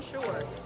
sure